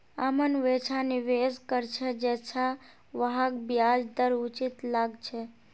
अमन वैछा निवेश कर छ जैछा वहाक ब्याज दर उचित लागछे